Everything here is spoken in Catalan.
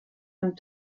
amb